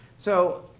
so,